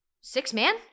six-man